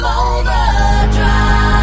overdrive